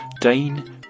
Dane